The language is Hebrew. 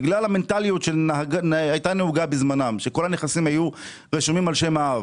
בגלל המנטליות שהייתה נהוגה בזמנם שכל הנכסים היו רשומים על שם האב,